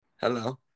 Hello